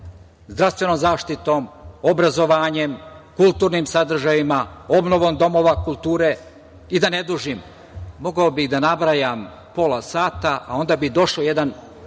zdravstvenom zaštitom, obrazovanjem, kulturnim sadržajima, obnovom domova kulture i da ne dužim. Mogao bih da nabrajam pola sata, a onda bi došao jedan